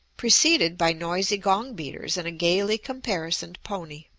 preceded by noisy gong-beaters and a gayly comparisoned pony.